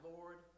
Lord